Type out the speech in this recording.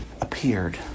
Appeared